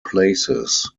places